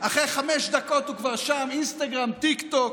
אחרי חמש דקות הוא כבר שם, אינסטגרם, טיקטוק,